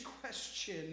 question